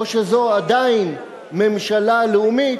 או שזו עדיין ממשלה לאומית,